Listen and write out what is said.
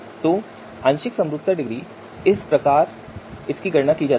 तो आंशिक समरूपता डिग्री इस प्रकार इसकी गणना की जा सकती है